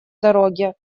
дороге